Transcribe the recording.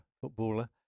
footballer